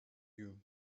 you